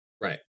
right